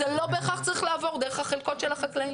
זה לא בהכרח צריך לעבור דרך החלקות של החקלאים.